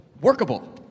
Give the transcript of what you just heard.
workable